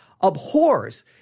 abhors